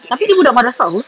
tapi dia budak madrasah apa